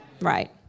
Right